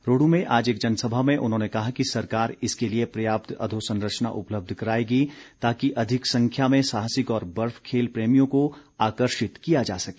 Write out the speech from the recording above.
रोहडू में आज एक जनसभा में उन्होंने कहा कि सरकार इसके लिए पर्याप्त अधोसंरचना उपलबध कराएगी ताकि अधिक संख्या में साहसिक और बर्फ खेल प्रेमियों को आकर्षित किया जा सके